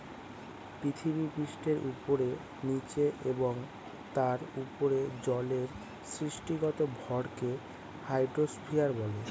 পৃথিবীপৃষ্ঠের উপরে, নীচে এবং তার উপরে জলের সমষ্টিগত ভরকে হাইড্রোস্ফিয়ার বলে